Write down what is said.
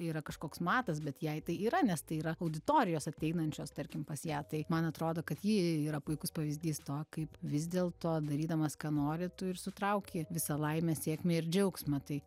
yra kažkoks matas bet jei tai yra nes tai yra auditorijos ateinančios tarkim pas ją tai man atrodo kad ji yra puikus pavyzdys to kaip vis dėlto darydamas ką nori tu ir sutrauki visą laimę sėkmę ir džiaugsmą tai